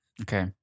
okay